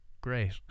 great